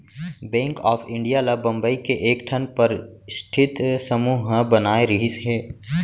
bank of India ल बंबई के एकठन परस्ठित समूह ह बनाए रिहिस हे